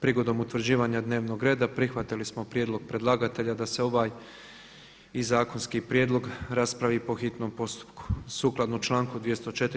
Prigodom utvrđivanja dnevnog reda prihvatili smo prijedlog predlagatelja da se ovaj i zakonski prijedlog raspravi po hitnom postupku sukladno članku 204.